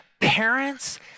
Parents